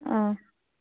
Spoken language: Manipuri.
ꯑꯥ